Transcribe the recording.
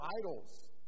idols